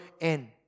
end